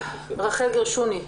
רחל גרשוני,